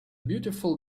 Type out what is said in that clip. beautiful